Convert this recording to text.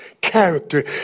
character